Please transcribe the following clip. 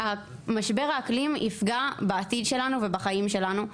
משבר האקלים יפגע בעתיד שלנו ובחיים שלנו,